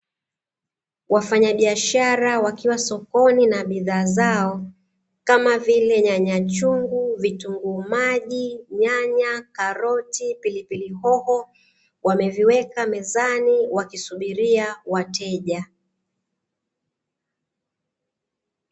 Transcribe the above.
Wafanyabiashara wakiwa sokoni na bidhaa zao, kama vile: nyanya chungu, vitunguu maji, nyanya, karoti, pilpili hoho, wameviweka mezani wakisubiria wateja.